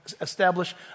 establish